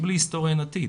כי בלי ההיסטוריה אין עתיד.